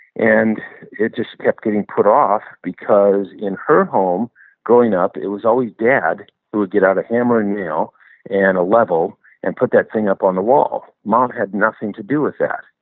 and it just kept getting put off because in her home growing up, it was always dad who would get out a hammer and nail and a level and put that thing up on the wall. mom had nothing to do that.